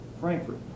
Frankfurt